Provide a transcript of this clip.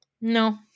no